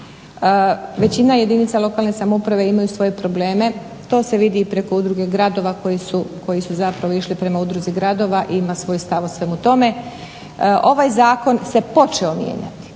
Većina jedinica lokalne samouprave imaju svoje probleme, to se vidi i preko udruge gradovi koji su zapravo išli prema udruzi gradova i ima svoj stav o svemu tome. Ovaj zakon se počeo mijenjati.